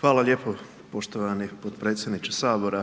Hvala lijepo poštovani potpredsjedniče Sabora